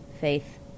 Faith